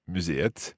Museet